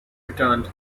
returned